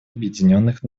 объединенных